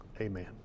amen